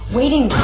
waiting